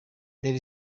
there